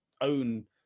own